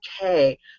okay